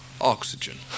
Oxygen